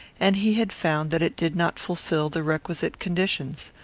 and he had found that it did not fulfil the requisite conditions.